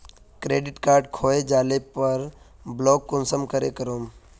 Credit card खोये जाले पर ब्लॉक कुंसम करे करूम?